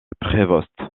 prévost